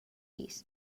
llis